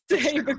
say